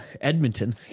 Edmonton